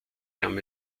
kam